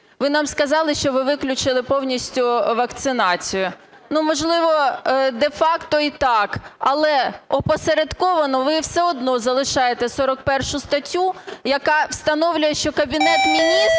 Ви нам сказали, що ви виключили повністю вакцинацію. Ну, можливо, де-факто і так, але опосередковано ви все одно залишаєте 41 статтю, яка встановлює, що Кабінет Міністрів